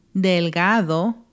Delgado